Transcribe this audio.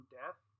death